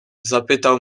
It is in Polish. zapytał